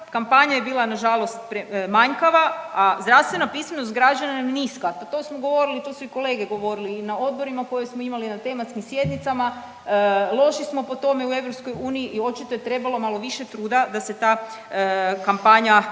kampanja je bila nažalost manjkava, a zdravstvena pismenost građana niska, pa to smo govorili, to su i kolege govorili i na odborima koje smo imali i na tematskim sjednicama, loši smo po tome u EU i očito je trebalo malo više truda da se ta kampanja pojača